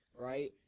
right